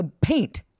paint